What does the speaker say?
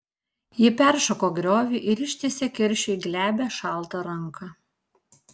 ji peršoko griovį ir ištiesė keršiui glebią šaltą ranką